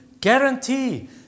guarantee